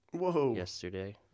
yesterday